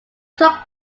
took